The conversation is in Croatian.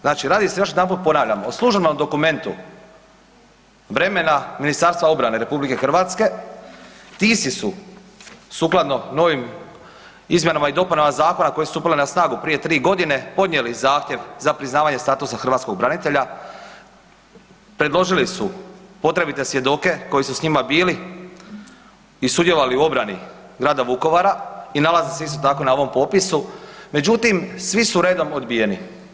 Znači radi se, još jedanput ponavljam, o službenom dokumentu vremena Ministarstva obrane Republike Hrvatske, ti isti su sukladno novim izmjenama i dopunama Zakona koje su stupile na snagu prije tri godine podnijeli zahtjev za priznavanje statusa hrvatskog branitelja, predložili su potrebite svjedoke koji su s njima bili i sudjelovali u obrani Grada Vukovara i nalaze se isto tako na ovom popisu, međutim, svi su redom odbijeni.